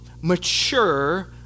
mature